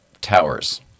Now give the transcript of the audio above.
towers